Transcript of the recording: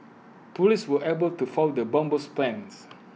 Police were able to foil the bomber's plans